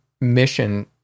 mission